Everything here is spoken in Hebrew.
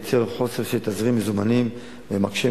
יוצרים חוסר של תזרים מזומנים ומקשים